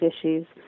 issues